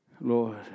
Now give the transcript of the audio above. Lord